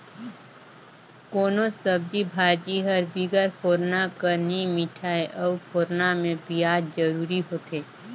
कोनोच सब्जी भाजी हर बिगर फोरना कर नी मिठाए अउ फोरना में पियाज जरूरी होथे